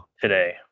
today